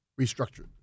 restructured